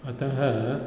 अतः